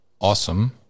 awesome